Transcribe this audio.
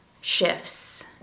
shifts